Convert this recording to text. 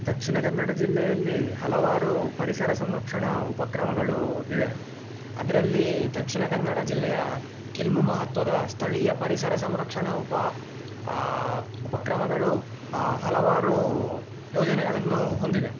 ದಕ್ಷಿಣ ಕನ್ನಡ ಜಿಲ್ಲೆಯಲ್ಲಿ ಹಲವಾರು ಪರಿಸರ ಸಂರಕ್ಷಣಾ ಉಪಕ್ರಮಗಳು ಇವೆ ಅದರಲ್ಲಿ ದಕ್ಷಿಣ ಕನ್ನಡ ಜಿಲ್ಲೆಯ ಕಿಲ್ಮು ಮಹತ್ವದ ಸ್ಥಳೀಯ ಪರಿಸರ ಸಂರಕ್ಷಣಾ ಉಪ ಉಪಕ್ರಮಗಳು ಹಲವಾರು ಯೋಜನೆಗಳನ್ನು ಹೊಂದಿದೆ